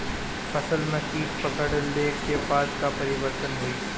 फसल में कीट पकड़ ले के बाद का परिवर्तन होई?